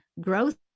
growth